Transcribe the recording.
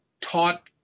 taught